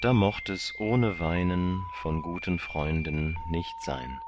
da mocht es ohne weinen von guten freunden nicht sein